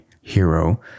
hero